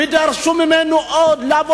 לא רק